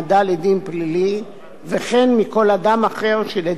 וכן מכל אדם אחר שלדעת החוקר קיים לגביו